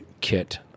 kit